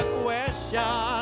question